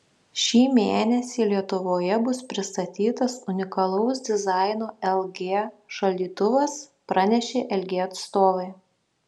šį mėnesį lietuvoje bus pristatytas unikalaus dizaino lg šaldytuvas pranešė lg atstovai